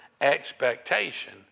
expectation